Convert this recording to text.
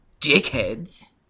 dickheads